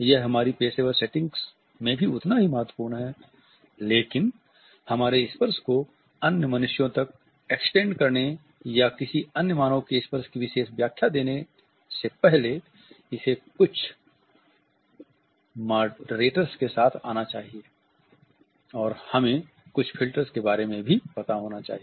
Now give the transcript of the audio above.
यह हमारी पेशेवर सेटिंग में भी उतना ही महत्वपूर्ण है लेकिन हमारे स्पर्श को अन्य मनुष्यों तक एक्सटेंड करने या किसी अन्य मानव के स्पर्श की विशेष व्याख्या देने से पहले इसे कुछ मॉडरेटर्स के साथ आना चाहिए और हमें कुछ फिल्टर के बारे में भी पता होना चाहिए